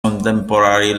contemporary